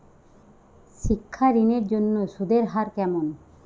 শিক্ষা ঋণ এর জন্য সুদের হার কেমন?